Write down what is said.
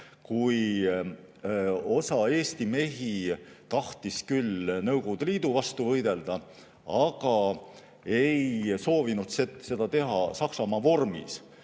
kui osa Eesti mehi tahtis küll Nõukogude Liidu vastu võidelda, aga ei soovinud seda teha Saksamaa vormis.